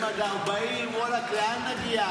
מגיל 30 עד 40, ואלכ, לאן נגיע?